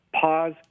Pause